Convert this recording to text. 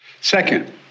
Second